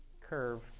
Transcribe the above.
curve